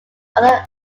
other